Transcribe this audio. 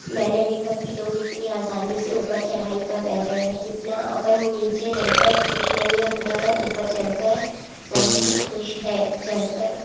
मैंने देखा कि लोग इतनी आसानी से ऊपर चढ़ाई पड़ रह रहे हैं जितना अपन नीचे रहकर खुश नहीं हैं उतना वह ऊपर चढ़कर बहुत ही खुश है चढ़कर